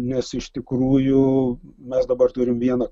nes iš tikrųjų mes dabar turim vieną